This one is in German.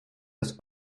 das